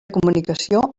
comunicació